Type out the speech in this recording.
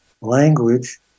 language